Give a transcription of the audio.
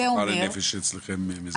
מה הוא השכר לנפש אצלכם שמזכה?